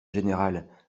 général